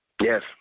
Yes